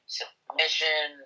submission